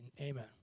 Amen